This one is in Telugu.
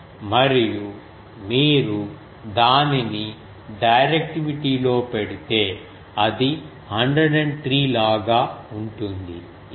మరియు మీరు దానిని డైరెక్టివిటీ లో పెడితే అది 103 లాగా ఉంటుంది ఇది 20